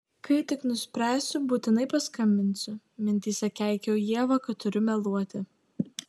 kai tik nuspręsiu būtinai paskambinsiu mintyse keikiau ievą kad turiu meluoti